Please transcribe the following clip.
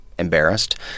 embarrassed